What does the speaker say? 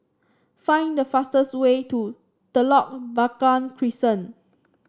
find the fastest way to Telok Blangah Crescent